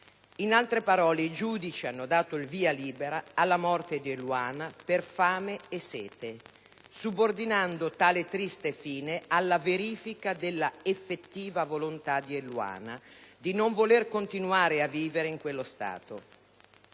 In altre parole, i giudici hanno dato il via libera alla morte di Eluana per fame e sete, subordinando tale triste fine alla verifica della effettiva volontà di Eluana di non voler continuare a vivere in quello stato.